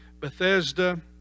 Bethesda